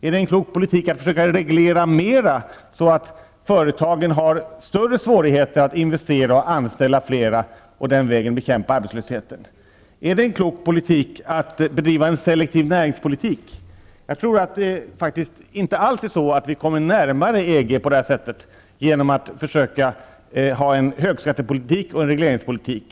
Är det en klok politik att försöka reglera mera så att företagen har större svårigheter att investera och anställa flera och den vägen bekämpa arbetslösheten? Är det en klok politik att bedriva en selektiv näringspolitik? Jag tror faktiskt inte alls att vi kommer närmare EG genom att föra en högskattepolitik och en regleringspolitik.